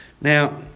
Now